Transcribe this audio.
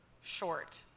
short